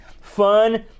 Fun